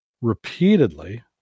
repeatedly